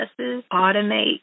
automate